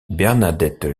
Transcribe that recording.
bernadette